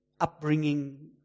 upbringing